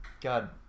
god